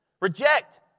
Reject